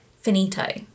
finito